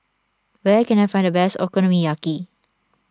where can I find the best Okonomiyaki